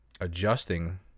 adjusting